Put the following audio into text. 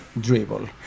Dribble